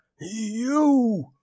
You